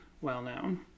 well-known